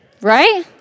Right